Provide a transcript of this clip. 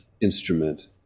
instrument